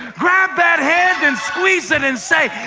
grab that hand and squeeze it and say,